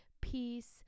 peace